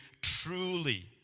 truly